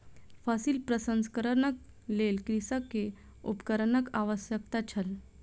फसिल प्रसंस्करणक लेल कृषक के उपकरणक आवश्यकता छल